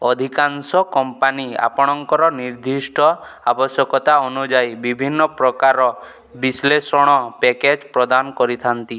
ଅଧିକାଂଶ କମ୍ପାନୀ ଆପଣଙ୍କର ନିର୍ଦ୍ଦିଷ୍ଟ ଆବଶ୍ୟକତା ଅନୁଯାୟୀ ବିଭିନ୍ନ ପ୍ରକାର ବିଶ୍ଳେଷଣ ପ୍ୟାକେଜ୍ ପ୍ରଦାନ କରିଥାନ୍ତି